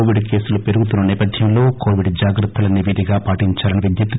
Covid కేసులు పెరుగుతున్న నేపథ్యంలో కోవిడ్ జాగ్రత్తలన్నీ విధిగా పాటించాలని విజ్లప్తి